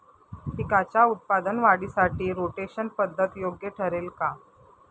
पिकाच्या उत्पादन वाढीसाठी रोटेशन पद्धत योग्य ठरेल का?